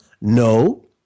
No